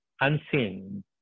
unseen